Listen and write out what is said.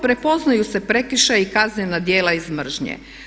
Prepoznaju se prekršaji i kaznena djela iz mržnje.